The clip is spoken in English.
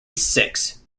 six